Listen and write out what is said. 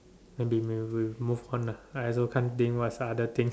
then we will will move on ah I also can't think what's the other thing